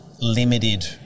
limited